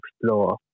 explore